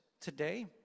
today